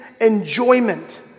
enjoyment